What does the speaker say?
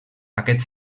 aquest